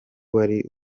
wari